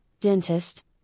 dentist